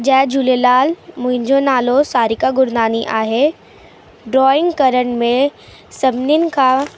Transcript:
जय झूलेलाल मुंहिंजो नालो सारीका गुरनानी आहे ड्रॉइंग करण में सभिनीनि खां